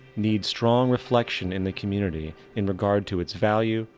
need strong reflection in the community in regard to it's value,